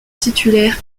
titulaire